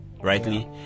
rightly